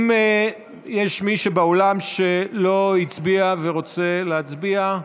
האם יש מישהו באולם שלא הצביע ורוצה להצביע?